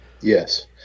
Yes